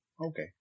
okay